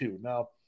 Now